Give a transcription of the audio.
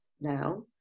now